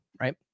right